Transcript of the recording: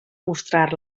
mostrar